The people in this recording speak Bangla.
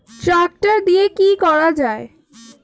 ট্রাক্টর দিয়ে কি করা যায়?